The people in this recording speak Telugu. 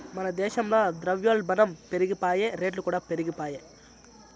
మన దేశంల ద్రవ్యోల్బనం పెరిగిపాయె, రేట్లుకూడా పెరిగిపాయె